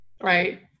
Right